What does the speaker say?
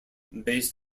based